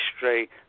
history